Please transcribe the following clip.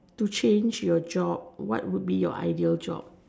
to change your job what will be your ideal job